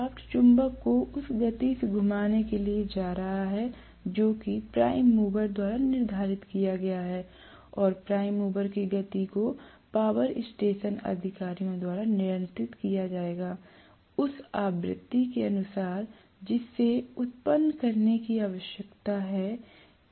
shaft चुंबक को उस गति से घुमाने के लिए जा रहा है जो कि प्राइम मूवर द्वारा निर्धारित किया गया है और प्राइम मॉवर की गति को पावर स्टेशन अधिकारियों द्वारा नियंत्रित किया जाएगा उस आवृत्ति के अनुसार जिसे उत्पन्न करने की आवश्यकता है